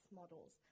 models